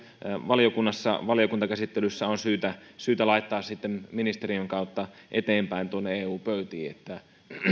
valiokunnassa valiokuntakäsittelyssä on syytä syytä laittaa ministeriön kautta eteenpäin eu pöytiin